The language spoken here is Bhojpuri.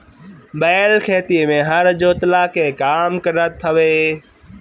बैल खेती में हर जोतला के काम करत हवे